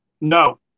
No